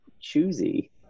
choosy